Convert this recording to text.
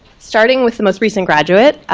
starting with the most recent graduate,